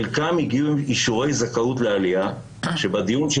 חלקם הגיעו עם אישורי זכאות לעלייה כשבדיון של